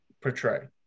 portray